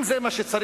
אם זה מה שצריך